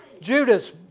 Judas